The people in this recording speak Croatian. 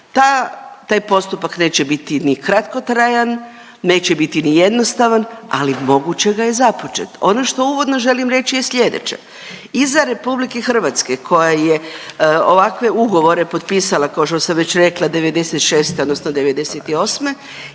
Taj postupak neće biti ni kratkotrajan, neće biti ni jednostavan, ali moguće ga je započet. Ono što uvodno želim reći je sljedeće, iza RH koja je ovakve ugovore potpisala kao što sam već rekla '96. odnosno '98.,